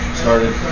started